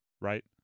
right